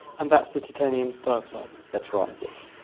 and that's the titanium dioxide. that's right, yes.